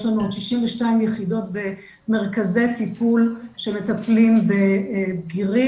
יש לנו עוד 62 יחידות ומרכזי טיפול שמטפלים בבגירים.